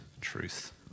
truth